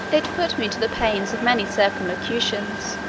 it put me to the pains of many circumlocutions,